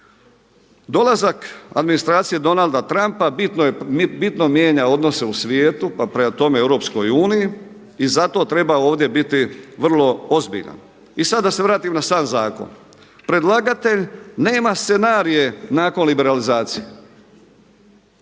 Dolazak administracije Donalda Trumpa bitno mijenja odnose u svijetu, pa prema tome i u EU i zato treba ovdje biti vrlo ozbiljan. I sad da se vratim na sam zakon. Predlagatelj nema scenarije nakon liberalizacije,